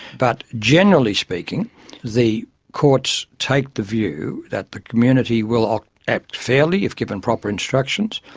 but generally speaking the courts take the view that the community will um act fairly if given proper instructions,